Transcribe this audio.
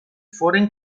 foren